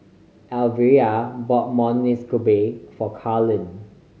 Alvera bought Monsunabe for Carlene